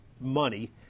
money